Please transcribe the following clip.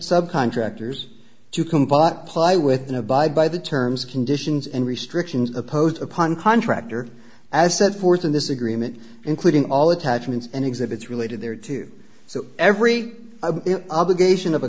subcounty actors to combine ply with and abide by the terms conditions and restrictions opposed upon contractor as set forth in this agreement including all attachments and exhibits related there too so every obligation of a